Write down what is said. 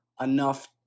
enough